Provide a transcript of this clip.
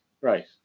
Right